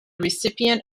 recipient